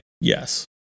yes